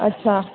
अच्छा